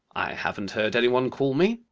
haven't heard any one call me.